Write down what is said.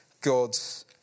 God's